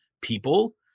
people